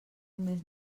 només